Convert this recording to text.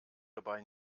dabei